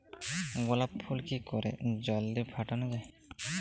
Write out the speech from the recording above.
গোলাপ ফুল কি করে জলদি ফোটানো যাবে?